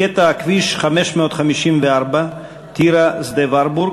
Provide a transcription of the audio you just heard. קטע הכביש 554, טירה שדה-ורבורג.